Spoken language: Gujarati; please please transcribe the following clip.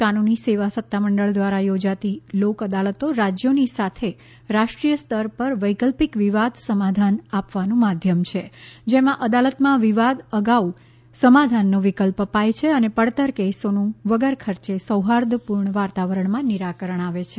કાનૂની સેવા સત્તામંડળ દ્વારા યોજાતી લોક અદાલતો રાજ્યોની સાથે રાષ્ટ્રીય સ્તર પર વૈકલ્પિક વિવાદ સમાધાન આપવાનું માધ્યમ છે જેમાં અદાલતમાં વિવાદ અગાઉ સમાધાનનો વિકલ્પ અપાય છે અને પડતર કેસોનું વગર ખર્ચે સૌફાર્દપૂર્ણ વાતાવરણ નિરાકરણ આવે છે